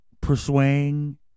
persuading